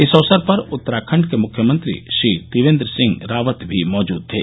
इस अवसर पर उत्तराखण्ड के मुख्यमंत्री श्री त्रिवेंद्र सिंह रावत भी मौजूद थे